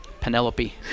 Penelope